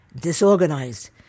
disorganized